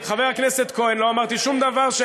לך, כשעושים, למשל, את תוכנית, אבל תדייק.